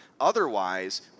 Otherwise